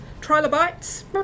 trilobites